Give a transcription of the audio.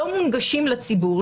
זה לא מונגש לציבור,